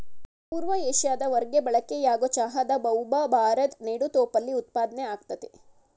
ಪೂರ್ವ ಏಷ್ಯಾದ ಹೊರ್ಗೆ ಬಳಕೆಯಾಗೊ ಚಹಾದ ಬಹುಭಾ ಭಾರದ್ ನೆಡುತೋಪಲ್ಲಿ ಉತ್ಪಾದ್ನೆ ಆಗ್ತದೆ